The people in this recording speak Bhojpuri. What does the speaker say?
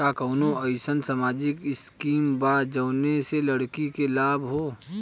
का कौनौ अईसन सामाजिक स्किम बा जौने से लड़की के लाभ हो?